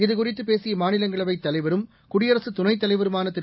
இதுகுறித்து பேசிய மாநிலங்களவைத் தலைவரும் குடியரசு துணைத் தலைவருமான திரு